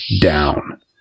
down